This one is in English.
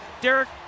Derek